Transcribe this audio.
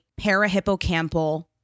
parahippocampal